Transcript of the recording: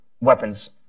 weapons